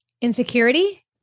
Insecurity